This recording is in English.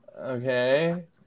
Okay